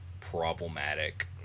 problematic